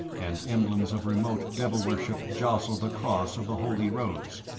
and emblems of remote devil-worship jostled the cross of the holy rose.